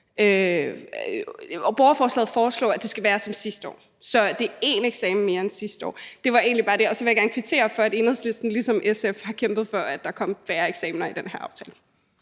borgerforslaget foreslår, at det skal være som sidste år. Så det er én eksamen mere end sidste år. Det var egentlig bare det, og så vil jeg kvittere for, at Enhedslisten ligesom SF har kæmpet for, at der kom færre eksamener i den her aftale.